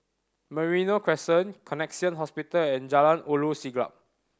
Merino Crescent Connexion Hospital and Jalan Ulu Siglap